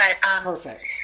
Perfect